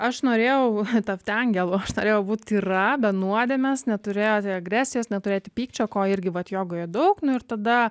aš norėjau tapti angelu aš norėjau būti tyra be nuodėmės neturėjo agresijos neturėti pykčio ko irgi vat jogoje daug nu ir tada